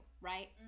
right